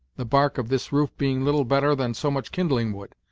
the bark of this roof being little better than so much kindling-wood.